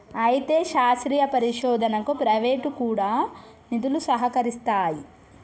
అయితే శాస్త్రీయ పరిశోధనకు ప్రైవేటు కూడా నిధులు సహకరిస్తాయి